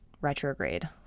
retrograde